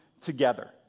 together